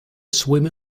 swim